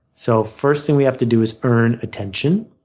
so first thing we have to do is earn attention.